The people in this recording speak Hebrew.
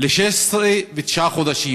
ל-16 ותשעה חודשים,